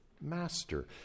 master